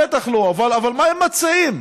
בטח לא, אבל מה הם מציעים?